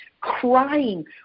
crying